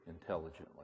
intelligently